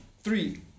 three